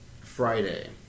Friday